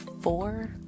four